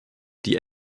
die